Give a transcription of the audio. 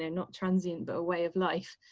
and not transient, but a way of life.